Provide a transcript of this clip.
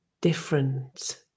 different